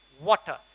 water